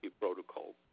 Protocol